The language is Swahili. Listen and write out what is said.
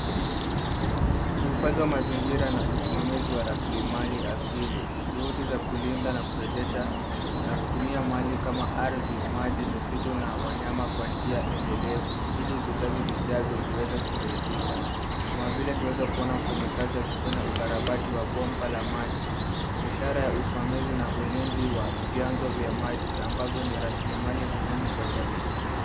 Wahifadhi wa mazingira na usimamizi wa rasilimali asili. Juhudu za kulinda na kurembesha na kutumia mali kama ardhi, maji, misitu na wanyama kwa njia endelevu ili vizazi vijavyo viweze kusaidika. Kuna vile tunaweza kuona mfanyakazi akifanya ukarabati wa bomba la maji ishara ya usamimizi na ulinzi wa vyanzo vya maji ambavyo ni ya rasilimali muhimu kwa jamii.